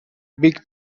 big